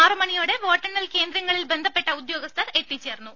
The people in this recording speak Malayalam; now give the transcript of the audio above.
ആറുമണിയോടെ വോട്ടെണ്ണൽ കേന്ദ്രങ്ങളിൽ ബന്ധപ്പെട്ട ഉദ്യോഗസ്ഥർ എത്തിച്ചേർന്നു